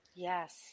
Yes